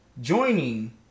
joining